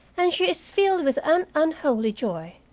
and she is filled with an unholy joy.